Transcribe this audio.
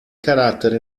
carattere